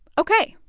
ok,